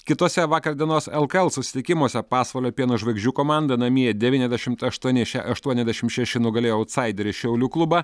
kituose vakar dienos lkl susitikimuose pasvalio pieno žvaigždžių komanda namie devyniasdešimt aštuoni še aštuoniasdešim šeši nugalėjo autsaiderį šiaulių klubą